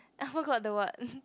I forgot the word